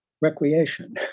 recreation